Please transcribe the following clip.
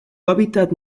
hábitat